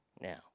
Now